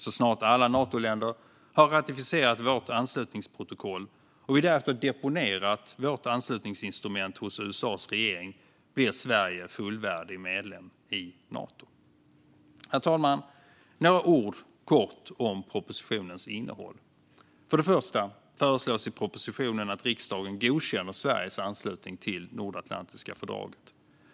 Så snart alla Natoländer har ratificerat vårt anslutningsprotokoll och vi därefter har deponerat vårt anslutningsinstrument hos USA:s regering blir Sverige fullvärdig medlem i Nato. Herr talman! Jag ska säga några kortfattade ord om propositionens innehåll. För det första föreslås i propositionen att riksdagen godkänner Sveriges anslutning till det nordatlantiska fördraget.